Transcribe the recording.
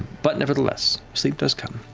but nevertheless, sleep does come.